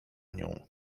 nią